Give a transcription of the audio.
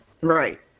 right